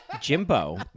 Jimbo